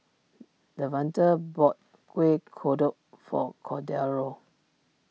Devante bought Kuih Kodok for Cordero